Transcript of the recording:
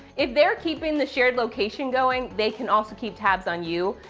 if they're keeping the shared location going, they can also keep tabs on you.